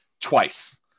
twice